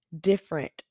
different